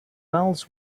bells